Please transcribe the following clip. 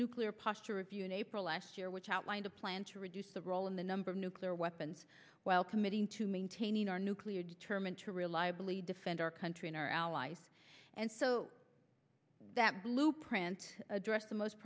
nuclear posture review in april last year which outlined a plan to reduce the role in the number of nuclear weapons while committing to maintaining our nuclear determined to reliably defend our country and our allies and so that blueprint address the most